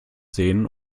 sehen